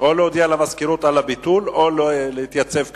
או להודיע למזכירות על הביטול או להתייצב כאן.